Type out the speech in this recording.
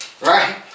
right